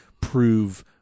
prove